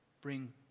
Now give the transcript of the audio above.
bring